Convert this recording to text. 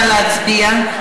נא להצביע.